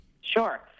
Sure